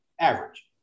average